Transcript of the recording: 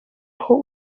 aho